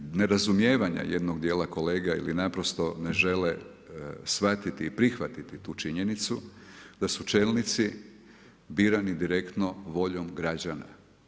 Što se tiče nerazumijevanja jednog dijela kolega ili naprosto ne žele shvatiti i prihvatiti tu činjenicu da su čelnici birani direktno voljom građana.